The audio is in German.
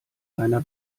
seiner